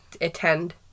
attend